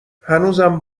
هنوزم